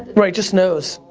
right, it just knows.